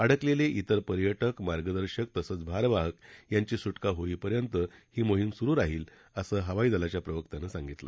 अडकलेले तिर पर्याक्र मार्गदर्शक तसंच भारवाहक यांची सुक्रिा होईपर्यंत ही मोहिम सुरु राहील असं हवाईदलाच्या प्रवक्त्यानं स्पष्ट केलं